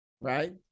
right